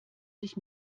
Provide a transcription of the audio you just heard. sich